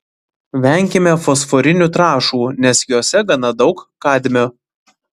venkime fosforinių trąšų nes jose gana daug kadmio